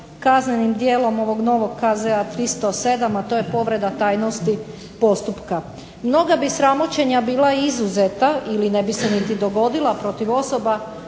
kaznenim djelom ovog novog KZ 307. a to je povreda tajnosti postupka. Mnoga bi sramoćenja bila izuzeta ili ne bi ni dogodila protiv osoba